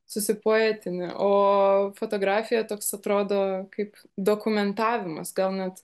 susipoetini o fotografija toks atrodo kaip dokumentavimas gal net